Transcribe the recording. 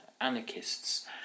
anarchists